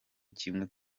kimwe